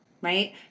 right